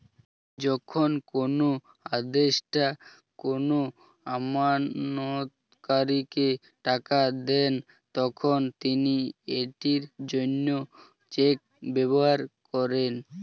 যখন কোনো আদেষ্টা কোনো আমানতকারীকে টাকা দেন, তখন তিনি এটির জন্য চেক ব্যবহার করেন